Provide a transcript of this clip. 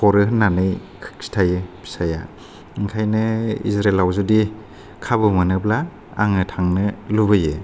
हरो होननानै खिथायो फिसाया ओंखायनो इज्राइलाव जुदि खाबु मोनोब्ला आङो थांनो लुबैयो